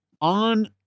on